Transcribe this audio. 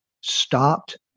stopped